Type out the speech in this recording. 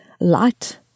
light